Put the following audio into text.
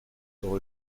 dans